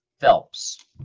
Phelps